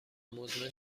مزمن